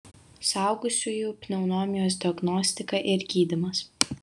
suaugusiųjų pneumonijos diagnostika ir gydymas